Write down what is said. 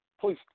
please